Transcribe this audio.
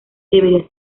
deberías